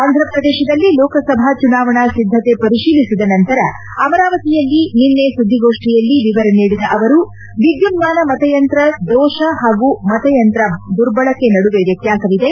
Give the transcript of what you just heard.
ಆಂಥ ಪ್ರದೇಶದಲ್ಲಿ ಲೋಕಸಭಾ ಚುನಾವಣಾ ಸಿದ್ದತೆ ಪರಿಶೀಲಿಸಿದ ನಂತರ ಅಮರಾವತಿಯಲ್ಲಿ ನಿನ್ನೆ ಸುದ್ಲಿಗೋಷ್ಠಿಯಲ್ಲಿ ವಿವರ ನೀಡಿದ ಅವರು ವಿದ್ಲುನ್ನಾನ ಮತಯಂತ್ರ ದೋಷ ಹಾಗೂ ಮತಯಂತ್ರ ದುರ್ಬಳಕೆ ನಡುವೆ ವ್ಣತ್ಯಾಸವಿದೆ